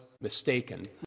mistaken